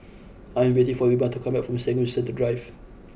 I am waiting for Wilma to come back from Serangoon Central Drive